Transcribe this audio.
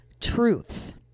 truths